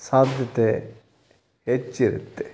ಸಾಧ್ಯತೆ ಹೆಚ್ಚಿರುತ್ತೆ